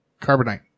Carbonite